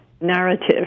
narrative